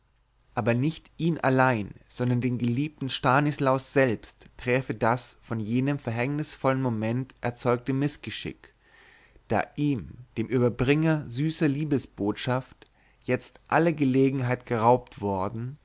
aber nicht ihn allein sondern den geliebten stanislaus selbst träfe das von jenem verhängnisvollen moment erzeugte mißgeschick da ihm dem überbringer süßer liebesbotschaft jetzt alle gelegenheit geraubt worden